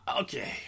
okay